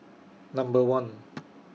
Number one